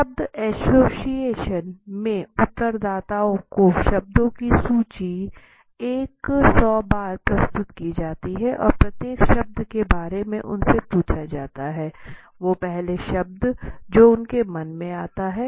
शब्द असोसिएशन में उत्तरदाताओं को शब्दों की सूची एक सौ बार प्रस्तुत की जाती है और प्रत्येक शब्द के बाद से उनसे पूछा जाता है वो पहला शब्द जो उनके मन में आता है